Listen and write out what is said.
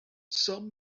some